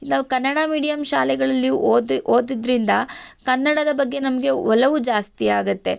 ನಾವು ಕನ್ನಡ ಮೀಡಿಯಮ್ ಶಾಲೆಗಳಲ್ಲಿ ಓದಿ ಓದಿದ್ದರಿಂದ ಕನ್ನಡದ ಬಗ್ಗೆ ನಮಗೆ ಒಲವು ಜಾಸ್ತಿ ಆಗುತ್ತೆ